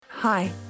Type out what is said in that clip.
Hi